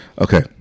Okay